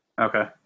Okay